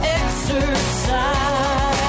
exercise